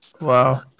Wow